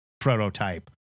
prototype